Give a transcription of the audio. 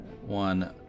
one